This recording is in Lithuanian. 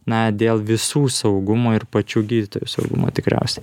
na dėl visų saugumo ir pačių gydytojų saugumo tikriausiai